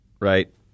right